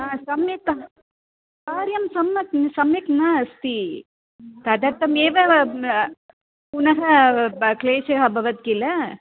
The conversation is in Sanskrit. हा सम्यक् कार्यं सम्यक् सम्यक् न अस्ति तदर्थमेव पुनः ब् क्लेशः अभवत् किल